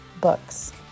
books